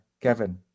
kevin